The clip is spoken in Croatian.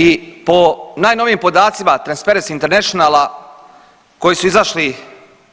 I po najnovijim podacima Transparency Internationala koji su izašli